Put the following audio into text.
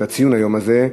את ציון היום הזה.